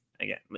again